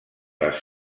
les